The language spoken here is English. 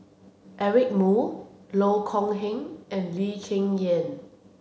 Eric Moo Loh Kok Heng and Lee Cheng Yan